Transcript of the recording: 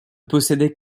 possédaient